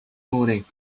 morning